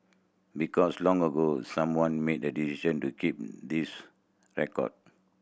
because long ago someone made the decision to keep these record